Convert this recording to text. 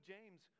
James